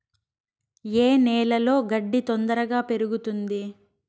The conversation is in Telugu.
ఏ నేలలో గడ్డి తొందరగా పెరుగుతుంది